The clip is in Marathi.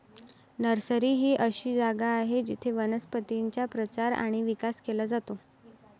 नर्सरी ही अशी जागा आहे जिथे वनस्पतींचा प्रचार आणि विकास केला जातो